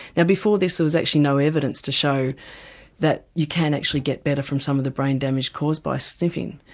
and before this there was actually no evidence to show that you can actually get better from some of the brain damage caused by sniffing.